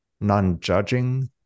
non-judging